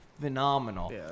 Phenomenal